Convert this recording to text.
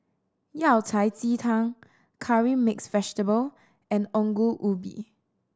Yao Cai ji tang Curry Mixed Vegetable and Ongol Ubi